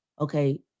okay